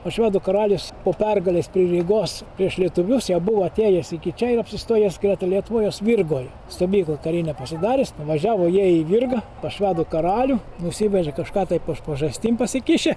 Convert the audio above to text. o švedų karalius po pergalės prie rygos prieš lietuvius jau buvo atėjęs iki čia ir apsistojęs greta lietpojos virgoj stovyklą karinę pasidaręs nuvažiavo jie į virgą pas švedų karalių nusivežė kažką tai pož pažastim pasikišę